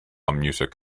music